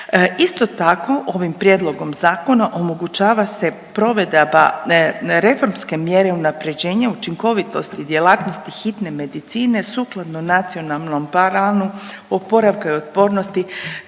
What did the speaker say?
Isto tako ovim prijedlogom zakona omogućava se provedba reformske mjere i unaprjeđenje učinkovitosti djelatnosti hitne medicine sukladno NPOO-u 2021. do 2026.. U raspravi članovi